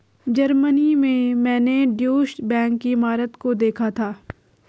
Germany में मैंने Deutsche Bank की इमारत को देखा था